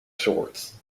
shorts